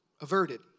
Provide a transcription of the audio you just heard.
averted